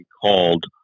called